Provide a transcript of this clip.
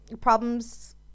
problems